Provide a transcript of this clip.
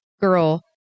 girl